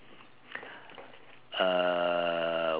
uh